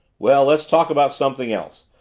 well, let's talk about something else.